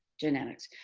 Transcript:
genetics.